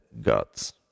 God's